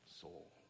soul